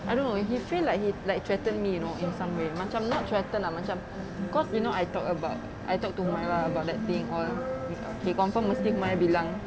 I don't know he feel like he like threaten me you know in some way macam not threaten ah macam cause you know I talked about I talked to mirah about that thing all K confirm mesti mai bilang